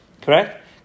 Correct